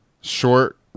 short